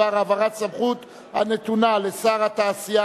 בדבר העברת הסמכות הנתונה לשר התעשייה,